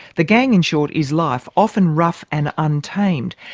the gang, in short, is life, often rough and untamed.